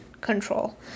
control